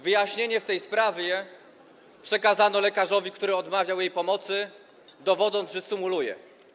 Wyjaśnienie w tej sprawie przekazano lekarzowi, który odmawiał jej pomocy, dowodząc, że symuluje.